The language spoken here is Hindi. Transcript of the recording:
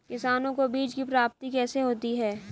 किसानों को बीज की प्राप्ति कैसे होती है?